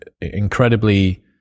incredibly